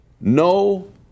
no